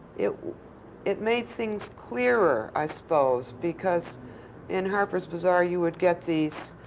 it it made things clearer, i suppose, because in harper's bazaar you would get these